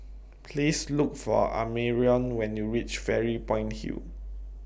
Please Look For Amarion when YOU REACH Fairy Point Hill